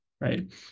right